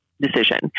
decision